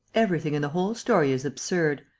everything in the whole story is absurd.